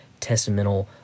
testamental